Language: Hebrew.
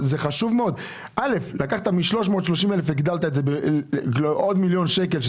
הגדלת את הסכום מ-330 אלף שקלים בעוד מיליון שקלים,